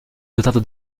dotato